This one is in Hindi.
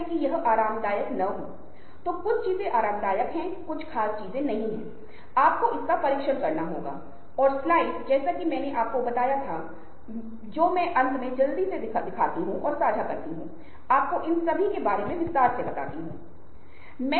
तो अब हम तकनीकी संदर्भ में सामाजिक नेटवर्किंग की ओर बढ़ रहे हैं यह सामाजिक संपर्क है जो व्यक्तियों के माध्यम से संबंध बनाकर किसी के व्यवसाय की संख्या बढ़ाने की प्रथा है